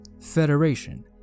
Federation